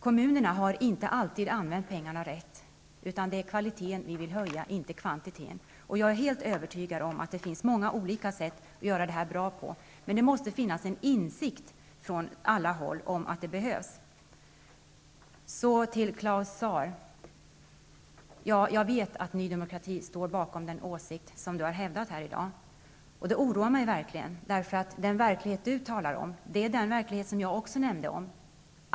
Kommunerna har inte alltid använt pengarna rätt. Vi vill höja kvaliteten, inte kvantiteten. Jag är helt övertygad om att det finns många olika sätt att gå till väga för att resultatet skall bli bra, men det måste finnas en insikt hos alla berörda om att det behövs en förändring. Till Claus Zaar vill jag säga att jag är medveten om att Ny Demokrati står bakom den åsikt som han har hävdat här i dag. Det oroar mig verkligen. Den verklighet som Claus Zaar talade om är den verklighet som jag också tog upp.